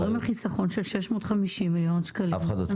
אנחנו מדברים על חיסכון של 650 מיליון שקלים בשנה.